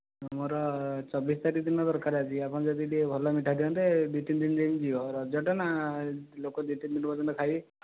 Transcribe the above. ମୋର ଚବିଶ ତାରିଖ ଦିନ ଦରକାର ଆଜି ଆପଣ ଯଦି ଟିକେ ଭଲ ମିଠା ଦିଅନ୍ତେ ଦୁଇ ତିନିଦିନ ଯିବ ରଜ ଟା ନା ଲୋକ ଦୁଇ ତିନିଦିନ ପର୍ଯ୍ୟନ୍ତ ଖାଇବେ